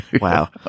wow